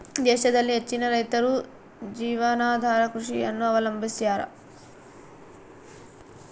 ದೇಶದಲ್ಲಿ ಹೆಚ್ಚಿನ ರೈತರು ಜೀವನಾಧಾರ ಕೃಷಿಯನ್ನು ಅವಲಂಬಿಸ್ಯಾರ